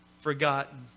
forgotten